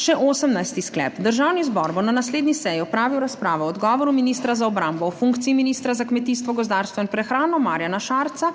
Še 18. sklep: Državni zbor bo na naslednji seji opravil razpravo o odgovoru ministra za obrambo v funkciji ministra za kmetijstvo, gozdarstvo in prehrano Marjana Šarca